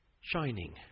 shining